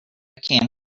can